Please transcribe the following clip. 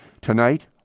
Tonight